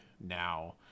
now